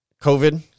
covid